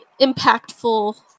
impactful